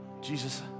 Jesus